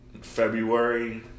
February